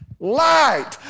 Light